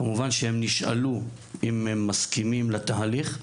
כמובן שהם נשאלו אם הם מסכימים לתהליך,